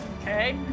okay